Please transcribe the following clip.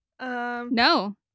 No